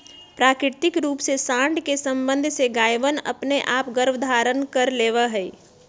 प्राकृतिक रूप से साँड के सबंध से गायवनअपने आप गर्भधारण कर लेवा हई